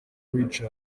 wicaye